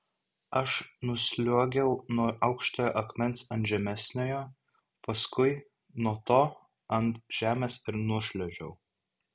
aš nusliuogiau nuo aukštojo akmens ant žemesniojo paskui nuo to ant žemės ir nušliaužiau